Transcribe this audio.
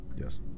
Yes